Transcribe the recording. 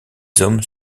hommes